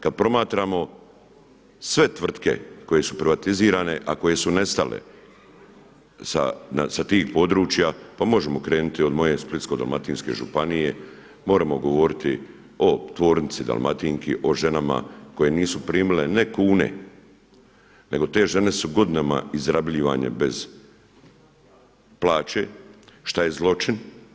Kada promatramo sve tvrtke koje su privatizirane a koje su nestale sa tih područja, pa možemo krenuti od moje Splitsko-dalmatinske županije, moramo govoriti o tvornici Dalmatinki, o ženama koje nisu primile ne kune nego te žene su godinama izrabljivane bez plaće šta je zloćin.